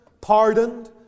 pardoned